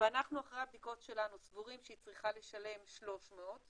ואנחנו אחרי הבדיקות שלנו סבורים שהיא צריכה לשלם 300,